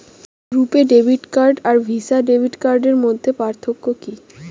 রূপে debit card আর Visa debit কার্ডের মধ্যে পার্থক্য কি?